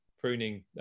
pruning